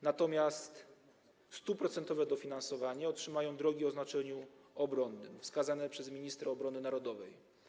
Natomiast 100-procentowe dofinansowanie otrzymają drogi o znaczeniu obronnym wskazane przez ministra obrony narodowej.